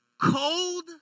cold